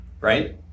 right